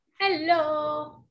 Hello